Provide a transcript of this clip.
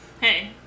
Hey